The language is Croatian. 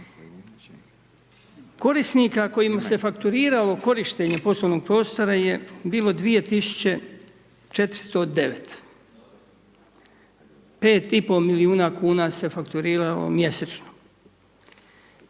Korisnika kojima se fakturiralo korištenje poslovnog prostora je bilo 2409. 5,5 milijuna kuna se fakturiralo mjesečno.